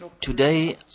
Today